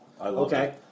Okay